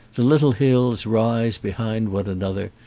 the little hills rise behind one another,